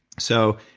so,